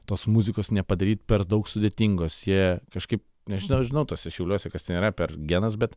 tos muzikos nepadaryt per daug sudėtingos jie kažkaip aš nežinau tuose šiauliuose kas ten yra per genas bet